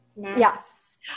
Yes